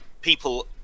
people